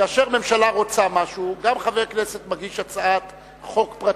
שכאשר ממשלה רוצה משהו גם חבר כנסת מגיש הצעת חוק פרטית,